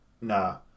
nah